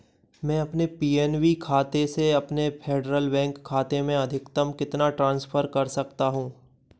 मैं अपने P N B खाते से अपने फ़ेडरल बैंक खाते में अधिकतम कितना ट्रांसफ़र कर सकता हूँ